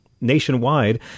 nationwide